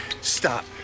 Stop